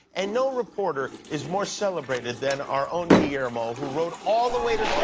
and no reporter is more celebrated than our own guillermo, who rode all the way to